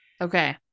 Okay